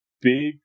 big